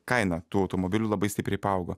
kaina tuo automobiliu labai stipriai paaugo